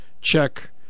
check